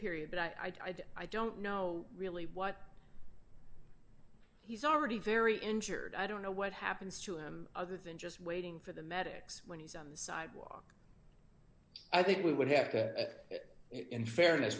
period but i'd i don't know really what he's already very injured i don't know what happens to him other than just waiting for the medics when he's on the sidewalk i think we would have to in fairness